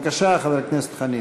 ברור לגמרי שפרט לבקשת הממשלה,